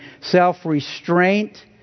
self-restraint